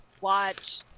watch